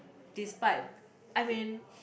despite I mean